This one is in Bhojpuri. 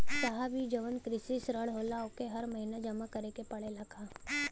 साहब ई जवन कृषि ऋण होला ओके हर महिना जमा करे के पणेला का?